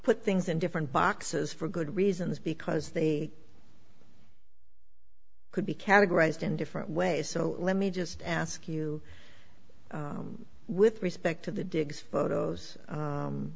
put things in different boxes for good reasons because they could be categorized in different ways so let me just ask you with respect to the digs photos